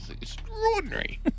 extraordinary